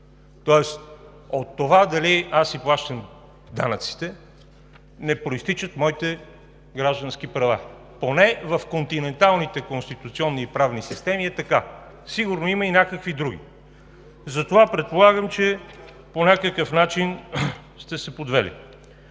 Тоест от това дали аз си плащам данъците, не произтичат моите граждански права – поне в континенталните конституционни и правни системи е така, сигурно има и някакви други. Затова предполагам, че по някакъв начин сте се подвели.